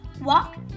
Walk